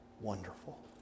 wonderful